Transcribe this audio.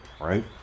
Right